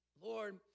Lord